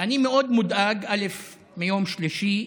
אני מודאג מאוד מיום שלישי,